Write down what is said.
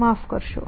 માફ કરશો